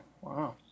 wow